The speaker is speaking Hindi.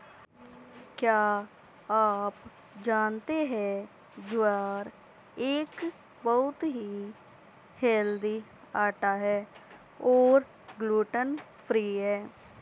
क्या आप जानते है ज्वार एक बहुत ही हेल्दी आटा है और ग्लूटन फ्री है?